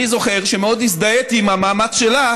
אני זוכר שמאוד הזדהיתי עם המאמץ שלה